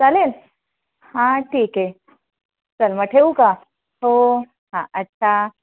चालेल हां ठीक आहे चल मग ठेवू का हो हां अच्छा